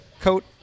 coat